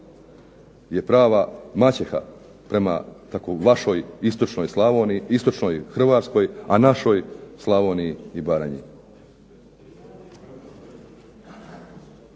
je prava maćeha prema istočnoj Slavoniji, istočnoj Hrvatskoj, a našoj Slavoniji i Baranji.